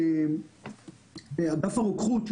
באגף הרוקחות,